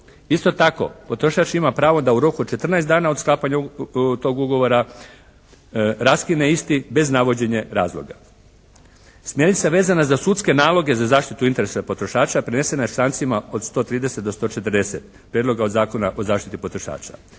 Isto tako potrošač ima pravo da u roku od 14 dana od sklapanja tog ugovora raskine isti bez navođenja razloga. Smjernica vezana za sudske naloge za zaštištu interesa potrošača prenesena je člancima od 130. do 140. Prijedloga Zakona o zaštiti potrošača.